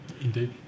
Indeed